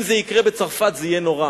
אם זה יקרה בצרפת זה יהיה נורא,